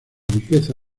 riqueza